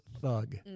thug